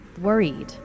worried